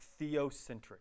theocentric